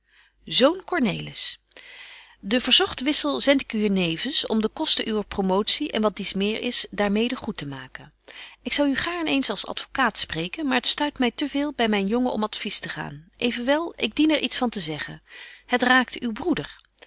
cornelis de verzogte wissel zend ik u hier nevens om de kosten uwer promotie en wat dies meer is daar mede goed te maken ik zou u gaarn eens als advocaat spreken maar t stuit my te veel by myn jongen om advies te gaan evenwel ik dien er iets van te zeggen het raakt uw broeder